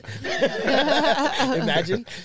Imagine